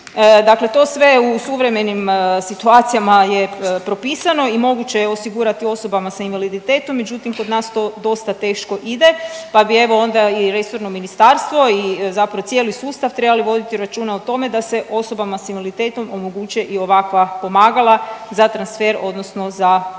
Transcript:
Dakle to sve u suvremenim situacijama je propisano i moguće je osigurati osobama s invaliditetom. Međutim, kod nas to dosta teško ide pa bi evo onda i resorno ministarstvo i zapravo cijeli sustav trebali voditi računa o tome da se osobama s invaliditetom omoguće i ovakva pomagala za transfer odnosno za lifting.